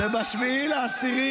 --- שב-7 באוקטובר,